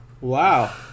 wow